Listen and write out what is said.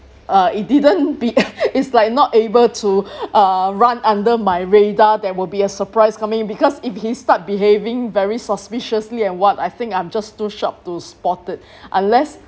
uh it didn't be it's like not able to uh run under my radar there will be a surprise coming because if he start behaving very suspiciously and [what] I think I'm just too sharp to spot it unless